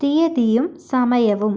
തീയതിയും സമയവും